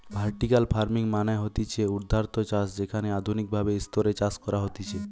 vertical farming মানে হতিছে ঊর্ধ্বাধ চাষ যেখানে আধুনিক ভাবে স্তরে চাষ করা হতিছে